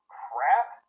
crap